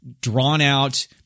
drawn-out